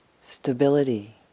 stability